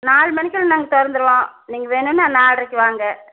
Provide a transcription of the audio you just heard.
நாலு மணிக்கெல்லாம் நாங்கள் திறந்துடுவோம் நீங்கள் வேணுன்னால் நாலரைக்கு வாங்க